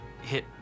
hit